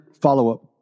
follow-up